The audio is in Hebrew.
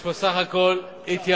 יש פה סך הכול התייעלות,